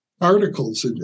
articles